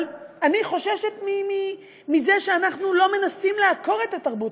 אבל אני חוששת מזה שאנחנו לא מנסים לעקור את התרבות